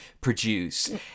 produce